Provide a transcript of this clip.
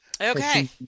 Okay